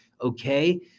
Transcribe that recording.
okay